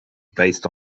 based